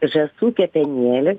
žąsų kepenėlės